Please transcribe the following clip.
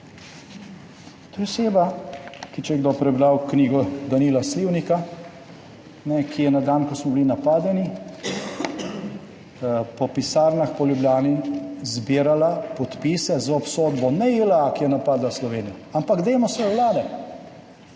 To je oseba, če je kdo prebral knjigo Danila Slivnika, ki je na dan, ko smo bili napadeni, po pisarnah po Ljubljani zbirala podpise za obsodbo ne JLA, ki je napadla Slovenijo, ampak Demosove vlade,